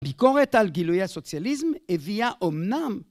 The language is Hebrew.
ביקורת על גילוי הסוציאליזם הביאה אומנם